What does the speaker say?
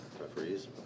Referees